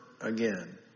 again